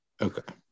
Okay